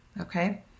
Okay